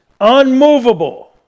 Unmovable